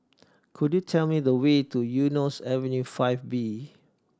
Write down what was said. could you tell me the way to Eunos Avenue Five B